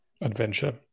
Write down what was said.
Adventure